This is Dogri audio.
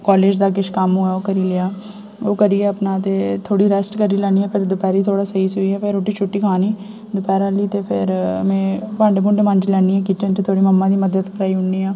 कालेज दा किश कम्म होऐ ओह् करी लेआ ओह् करियै अपना ते थोह्ड़ी रैस्ट करी लैन्नी आं फेर दपैह्री थोह्ड़ा सेई सुइयै फेर रुट्टी छुट्टी खानी दपैह्र आह्ली ते फिर में भांडे भूंडे मांजी लैन्नी आं किचन च थोह्डी मम्मां दी मदद कराई ओड़नी आं